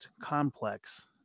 complex